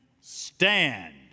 stand